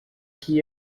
que